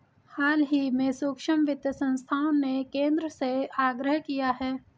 हाल ही में सूक्ष्म वित्त संस्थाओं ने केंद्र से आग्रह किया है